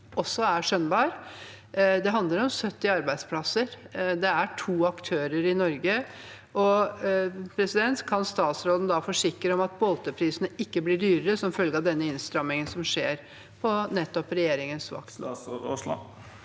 Det handler om 70 arbeidsplasser. Det er to aktører i Norge. Kan statsråden da forsikre om at bolteprisene ikke blir dyrere som følge av innstrammingen som skjer nettopp på regjeringens vakt?